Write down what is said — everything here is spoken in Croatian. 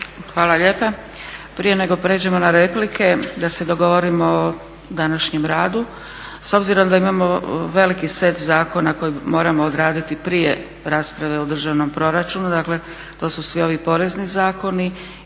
Hvala lijepa. Prije nego prijeđemo na replike da se dogovorimo o današnjem radu. S obzirom da imamo veliki set zakona koji moramo odraditi prije rasprave o državnom proračunu, dakle to su svi ovi porezni zakoni